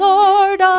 Lord